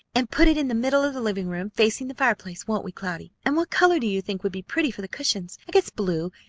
and put it in the middle of the living-room facing the fireplace, won't we, cloudy? and what color do you think would be pretty for the cushions? i guess blue,